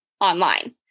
online